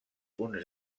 uns